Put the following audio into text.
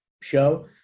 show